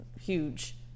Huge